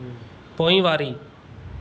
पोइवारी